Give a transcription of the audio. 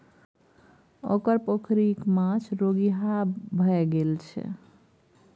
ओकर पोखरिक माछ रोगिहा भए गेल छै